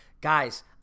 Guys